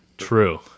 True